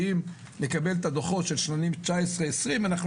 אני מניח שאם נקבל את הדוחות של השנים 19'-20' אנחנו